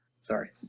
Sorry